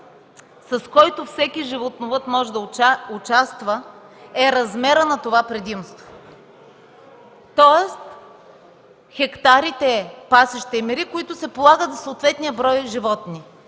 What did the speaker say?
с който всеки животновъд може да участва, е размерът на това предимство, тоест хектарите – пасища и мери, които се полагат за съответния брой животни.